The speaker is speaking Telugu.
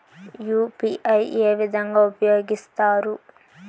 యు.పి.ఐ ఏ విధంగా ఉపయోగిస్తారు?